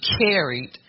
carried